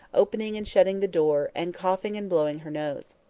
opening and shutting the door, and coughing and blowing her nose.